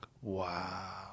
Wow